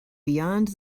beyond